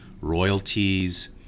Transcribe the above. royalties